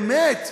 באמת,